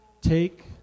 take